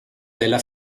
della